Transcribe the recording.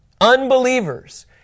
Unbelievers